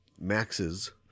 Maxes